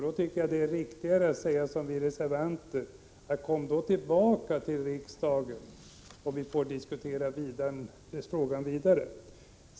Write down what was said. Då tycker jag det är riktigare att säga som vi reservanter gör: Kom tillbaka till riksdagen så vi får diskutera frågan vidare.